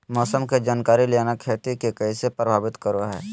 मौसम के जानकारी लेना खेती के कैसे प्रभावित करो है?